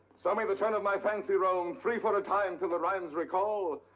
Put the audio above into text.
so may the turn of my fancy roam free for a time, till the rhymes recall,